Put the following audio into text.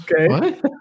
Okay